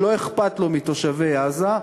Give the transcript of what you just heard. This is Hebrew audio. שלא אכפת לו מתושבי עזה,